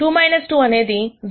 కాబట్టి 2 2 అనేది 0